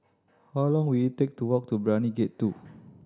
how long will it take to walk to Brani Gate Two